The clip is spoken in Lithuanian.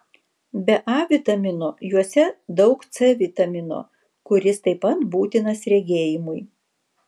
be a vitamino juose daug c vitamino kuris taip pat būtinas regėjimui